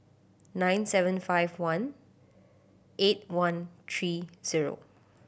nine seven five one eight one three zero